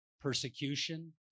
persecution